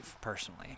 personally